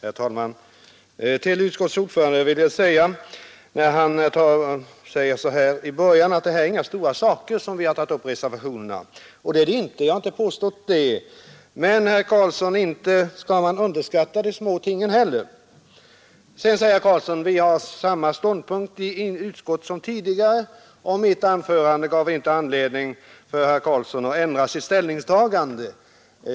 Herr talman! Utskottets ordförande sade i början av sitt anförande att det inte är några stora saker som vi har tagit upp i reservationerna. Jag vill svara: Det är det inte, och det har jag heller inte påstått. Men, herr Karlsson, man bör inte underskatta de små tingen! Sedan sade herr Karlsson att socialdemokraterna intar samma ståndpunkt i utskottet nu som tidigare och att mitt anförande inte givit herr Karlsson anledning att ändra sitt ställningstagande.